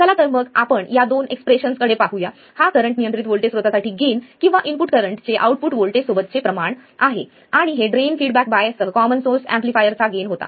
चला तर मग आपण या दोन एक्सप्रेशन्सकडे पाहूया हा करंट नियंत्रित व्होल्टेज स्त्रोता साठी गेन किंवा इनपुट करंट चे आउटपुट वोल्टेज सोबतचे हे प्रमाण आहे आणि हे ड्रेन फीडबॅक बायस सह कॉमन सोर्स एम्पलीफायर चा गेन होता